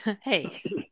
hey